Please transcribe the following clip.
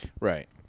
right